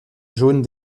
jaune